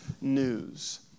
news